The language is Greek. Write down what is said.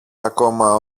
ακόμα